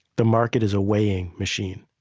the market is a weighing machine.